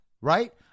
Right